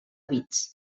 bits